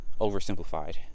oversimplified